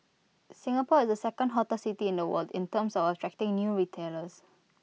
Singapore is the second hottest city in the world in terms of attracting new retailers